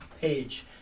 page